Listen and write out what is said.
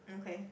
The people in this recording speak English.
okay